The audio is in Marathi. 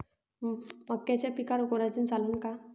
मक्याच्या पिकावर कोराजेन चालन का?